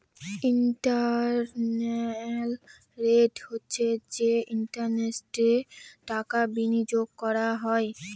internal rate হচ্ছে যে ইন্টারেস্টে টাকা বিনিয়োগ করা হয়